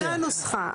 לפני הנוסחה,